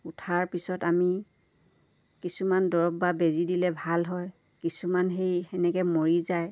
উঠাৰ পিছত আমি কিছুমান দৰৱ বা বেজি দিলে ভাল হয় কিছুমান সেই সেনেকৈ মৰি যায়